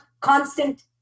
constant